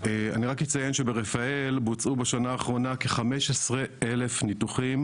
אני רק אציין שברפאל בוצעו בשנה האחרונה כ-15,000 ניתוחים